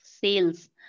sales